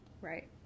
right